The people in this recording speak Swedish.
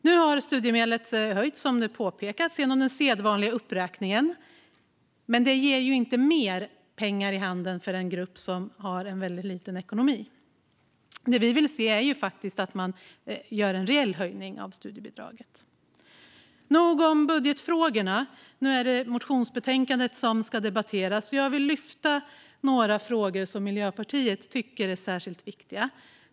Nu har studiemedlet höjts, som det har påpekats, genom den sedvanliga uppräkningen, men detta ger inte mer pengar i handen för en grupp som har en väldigt liten ekonomi. Det vi vill se är en reell höjning av studiebidraget. Nog om budgetfrågor - nu är det motionsbetänkandet som ska debatteras. Jag vill lyfta upp några frågor som Miljöpartiet tycker är särskilt viktiga.